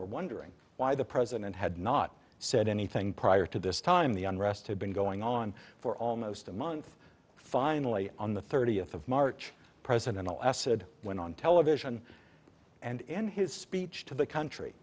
were wondering why the president had not said anything prior to this time the unrest had been going on for almost a month finally on the thirtieth of march president all asad went on television and in his speech to the country